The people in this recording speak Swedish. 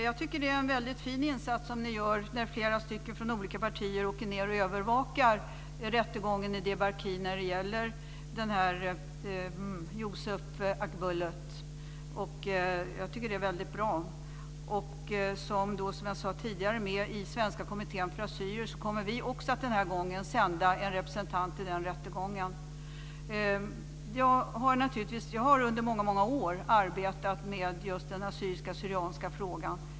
Fru talman! Det är en fin insats som ni gör, när flera från olika partier åker ned och övervakar rättegången i Diyarbakir mot Yusuf Akbulut. Som jag sade tidigare är jag med i Svenska Kommittén för Assyrier, och vi kommer också att sända en representant till rättegången. Jag har under många år arbetat med den assyriska/syrianska frågan.